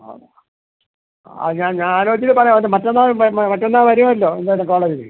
ഓ അത് ഞാൻ ഞാൻ ആലോചിച്ചിട്ട് പറയാം മറ്റേ മറ്റന്നാൾ മറ്റന്നാൾ വരുമല്ലോ എന്തായാലും കോളേജിൽ